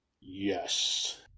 Yes